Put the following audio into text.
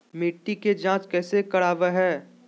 मिट्टी के जांच कैसे करावय है?